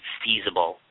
feasible